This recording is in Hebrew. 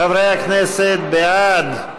חברי הכנסת, בעד,